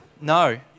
No